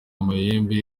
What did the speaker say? amahembe